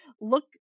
look